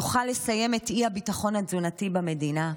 נוכל לסיים את האי-ביטחון התזונתי במדינה?